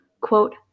Quote